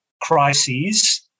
crises